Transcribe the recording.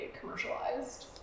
commercialized